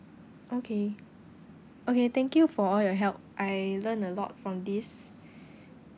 okay okay thank you for all your help I learned a lot from this